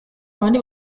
babandi